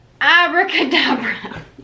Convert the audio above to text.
abracadabra